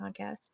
podcast